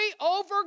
over